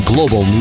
Global